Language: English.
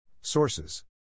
Sources